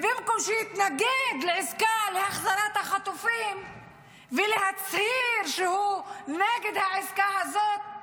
ובמקום שיתנגד לעסקה להחזרת החטופים ויצהיר שהוא נגד העסקה הזאת,